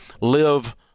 live